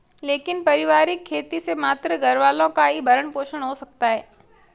लेकिन पारिवारिक खेती से मात्र घरवालों का ही भरण पोषण हो सकता है